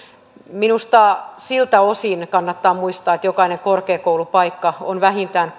minusta siltä osin kannattaa muistaa että jokainen korkeakoulupaikka on vähintään